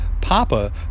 Papa